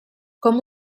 com